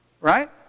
Right